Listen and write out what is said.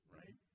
right